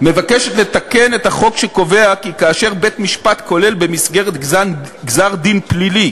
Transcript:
מבקשת לתקן את הסעיף שקובע כי כאשר בית-משפט כולל במסגרת גזר-דין פלילי